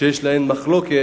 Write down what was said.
שיש עליהן מחלוקת